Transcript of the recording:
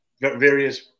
various